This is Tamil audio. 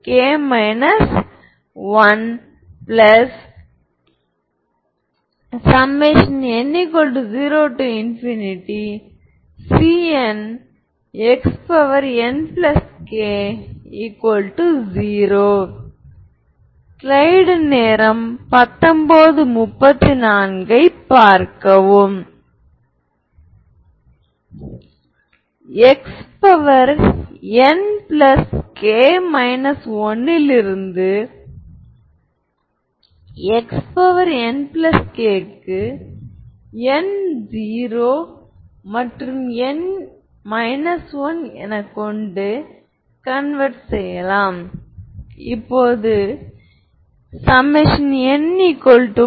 நீங்கள் உண்மையான உள்ளீடுகளுடன் ஒரு மேட்ரிக்ஸ் மற்றும் அது சமச்சீராக இருந்தால் அனைத்து ஐகென் மதிப்புகளும் உண்மையான தொடர்புடைய ஐகென் வெக்டார்களும் உண்மையான ஐகென் வெக்டார்களாகும்